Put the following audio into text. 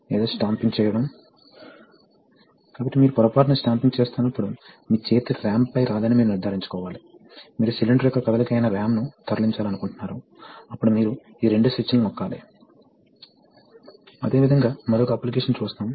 కాబట్టి అప్పుడు ఏమి జరుగుతుందో మీరు చూడవచ్చు ఉదాహరణకు అదే పంపు ప్రవాహం రేటు V తో యూనిట్ సమయానికి ప్రయాణించే దూరం ఏమి ఉండబోతోంది ఇది V అయితే ప్రవాహం ఇది V గా ఉంటుంది మరియు మునుపటి కేసుకి వెళితే మనము మునుపటి కేసుకి ఎలా వెళ్తాము